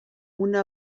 una